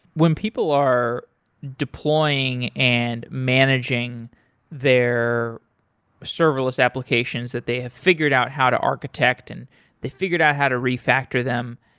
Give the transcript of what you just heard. when people are deploying and managing their serverless applications, that they have figured out how to architect and they figured out how to refactor them,